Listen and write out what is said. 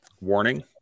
warning